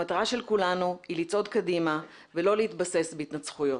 המטרה של כולנו היא לצעוד קדימה ולא להתבסס בהתנצחויות.